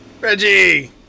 Reggie